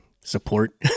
support